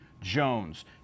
Jones